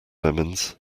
lemons